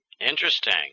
Interesting